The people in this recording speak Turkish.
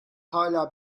hala